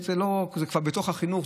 זה כבר בתוך החינוך,